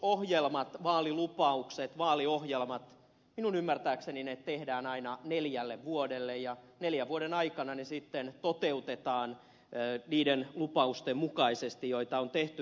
hallitusohjelmat vaalilupaukset vaaliohjelmat minun ymmärtääkseni tehdään aina neljälle vuodelle ja neljän vuoden aikana ne sitten toteutetaan niiden lupausten mukaisesti joita on tehty